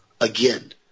again